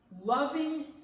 loving